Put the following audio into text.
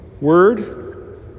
word